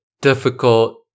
difficult